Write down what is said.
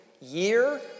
year